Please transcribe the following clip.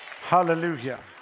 Hallelujah